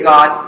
God